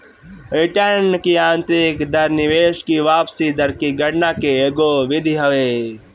return की आतंरिक दर निवेश की वापसी दर की गणना के एगो विधि हवे